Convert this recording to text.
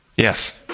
Yes